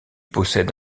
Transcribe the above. possède